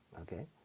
okay